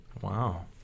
Wow